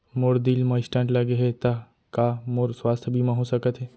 मोर दिल मा स्टन्ट लगे हे ता का मोर स्वास्थ बीमा हो सकत हे?